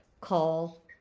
call